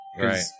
Right